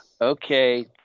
Okay